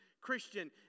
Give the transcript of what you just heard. Christian